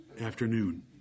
afternoon